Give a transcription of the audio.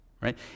right